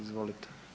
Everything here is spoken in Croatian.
Izvolite.